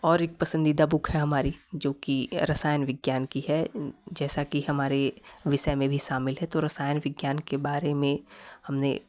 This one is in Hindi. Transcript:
और एक पसंदीदा बुक है हमारी जो कि रसायन विज्ञान की है जैसा कि हमारे विषय में भी शामिल है तो रसायन विज्ञान के बारे में हमने